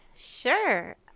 Sure